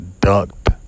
ducked